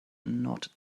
not